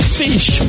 fish